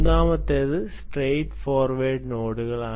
മൂന്നാമത്തേത് straight forward നോഡുകളാണ്